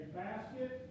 basket